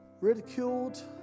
ridiculed